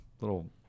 little